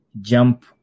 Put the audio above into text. jump